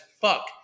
fuck